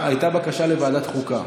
הייתה בקשה לוועדת חוקה,